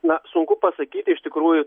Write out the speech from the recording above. na sunku pasakyti iš tikrųjų